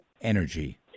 energy